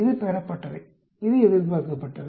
இது பெறப்பட்டவை இது எதிர்பார்க்கப்பட்டவை